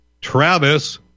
Travis